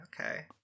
okay